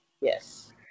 Yes